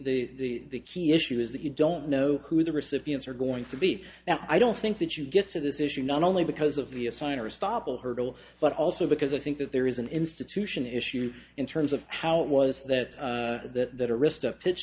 of the key issue is that you don't know who the recipients are going to be now i don't think that you get to this issue not only because of the assigner stoppel hurdle but also because i think that there is an institution issue in terms of how it was that that arista pitch